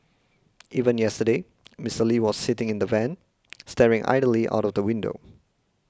even yesterday Mister Lee was seen sitting in the van staring idly out of the window